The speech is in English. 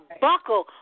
buckle